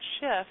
shift